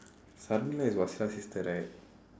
is your sister right